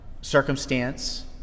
circumstance